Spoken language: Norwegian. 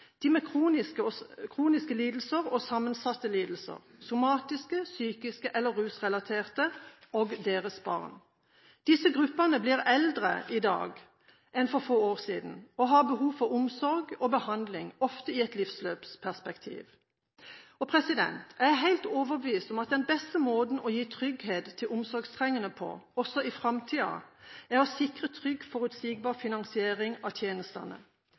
de med kroniske og sammensatte lidelser, somatiske, psykiske eller rusrelaterte, og deres barn. Disse gruppene blir eldre i dag enn for få år siden, og de har behov for omsorg og behandling – ofte i et livsløpsperspektiv. Jeg er helt overbevist om at den beste måten å gi trygghet til omsorgstrengende på også i framtida, er å sikre trygg, forutsigbar finansiering av tjenestene.